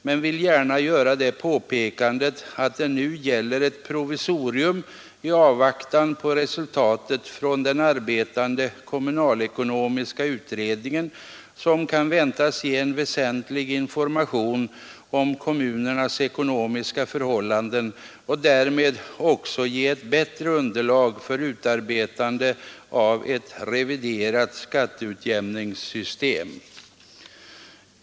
Men jag vill gärna påpeka att det nu gäller ett provisorium i avvaktan på resultatet från den arbetande kommunalekonomiska utredningen, som kan väntas ge en väsentlig information om kommunernas ekonomiska förhållanden och därmed också ge ett bättre underlag för utarbetande av ett reviderat skatteutjämningssystem.